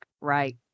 Right